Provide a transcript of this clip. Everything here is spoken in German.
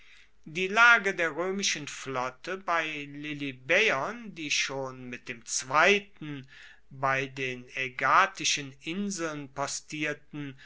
die lage der roemischen flotte bei lilybaeon die schon mit dem zweiten bei den aegatischen inseln postierten